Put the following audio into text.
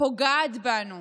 היא פוגעת בנו